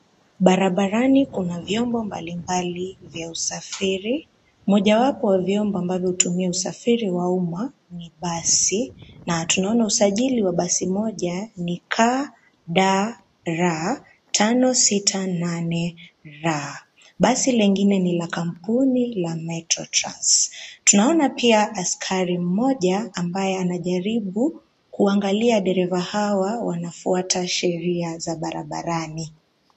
Barabarani kuna vyombo mbalimbali vya usafiri mojawapo wa vyombo ambavyo hutumia usafiri wa umma ni basi na tunaona usajili wa basi moja KDR 568R, basi lingine ni la kampuni ya Metro trans. Tunaona pia askari mmoja ambaye anajaribu kuangalia dereva hawa wanafuata sheria za barabarani.